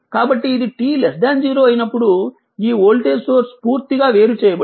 కాబట్టి ఇది t 0 అయినప్పుడు ఈ వోల్టేజ్ సోర్స్ పూర్తిగా వేరు చేయబడింది